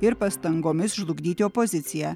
ir pastangomis žlugdyti opoziciją